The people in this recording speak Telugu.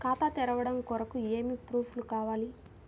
ఖాతా తెరవడం కొరకు ఏమి ప్రూఫ్లు కావాలి?